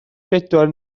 bedwar